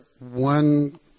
one